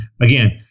again